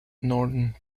northern